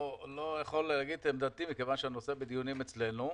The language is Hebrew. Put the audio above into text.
יכול להגיד את עמדתי מכיוון שהנושא נמצא בדיונים אצלנו.